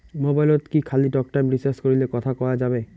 মোবাইলত কি খালি টকটাইম রিচার্জ করিলে কথা কয়া যাবে?